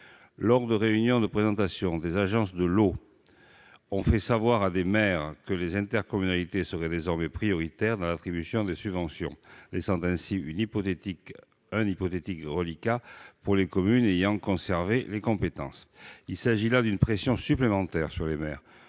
lors de réunions de présentation, des agences de l'eau ont fait savoir à des maires que les intercommunalités seraient désormais prioritaires pour l'attribution des subventions, ce qui ne laisserait qu'un hypothétique reliquat pour les communes ayant conservé les compétences. Il s'agit là d'une pression supplémentaire exercée sur les maires,